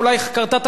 אנחנו לא יודעים.